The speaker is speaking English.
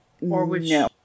No